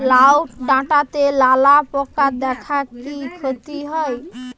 লাউ ডাটাতে লালা পোকা দেখালে কি ক্ষতি হয়?